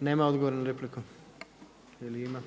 Amandman se ne prihvaća. Naime,